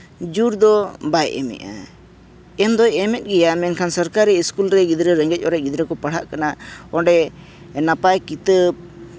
ᱡᱳᱨ ᱫᱚ ᱵᱟᱭ ᱮᱢᱮᱫᱼᱟ ᱮᱢ ᱫᱚᱭ ᱮᱢᱮᱫ ᱜᱮᱭᱟ ᱢᱮᱱᱠᱷᱟᱱ ᱥᱚᱨᱠᱟᱨᱤ ᱥᱠᱩᱞ ᱨᱮ ᱜᱤᱫᱽᱨᱟᱹ ᱨᱮᱸᱜᱮᱡ ᱚᱨᱮᱡ ᱜᱤᱫᱽᱨᱟᱹ ᱠᱚ ᱯᱟᱲᱦᱟᱜ ᱠᱟᱱᱟ ᱚᱸᱰᱮ ᱱᱟᱯᱟᱭ ᱠᱤᱛᱟᱹᱵ